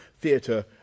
theatre